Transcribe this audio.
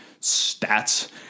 stats